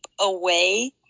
away